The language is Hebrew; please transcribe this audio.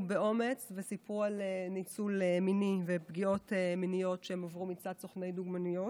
באומץ וסיפרו על ניצול מיני ופגיעות מיניות שהם עברו מצד סוכני דוגמניות.